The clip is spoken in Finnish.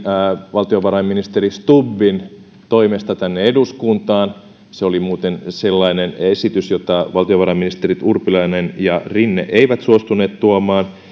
valtiovarainministeri stubbin toimesta tänne eduskuntaan se oli muuten sellainen esitys jota valtiovarainministerit urpilainen ja rinne eivät suostuneet tuomaan